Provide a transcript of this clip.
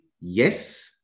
Yes